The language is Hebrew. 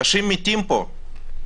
אנשים מתים פה.